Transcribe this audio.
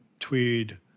Tweed